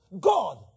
God